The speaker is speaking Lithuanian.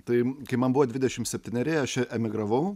tai kai man buvo dvidešimt septyneri aš emigravau